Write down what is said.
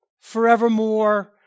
forevermore